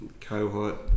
cohort